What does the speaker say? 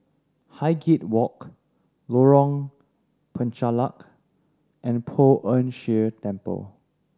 Highgate Walk Lorong Penchalak and Poh Ern Shih Temple